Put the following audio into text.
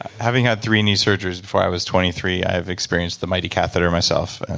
having had three knee surgeries before i was twenty three, i've experienced the mighty catheter myself and